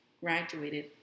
graduated